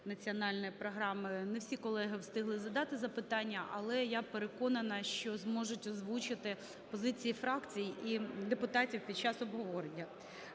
транснаціональної програми. Не всі колеги встигли задати запитання. Але я переконана, що зможуть озвучити позиції фракцій і депутатів під час обговорення.